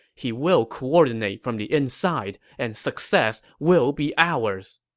he will coordinate from the inside, and success will be ours.